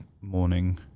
morning